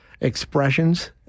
expressions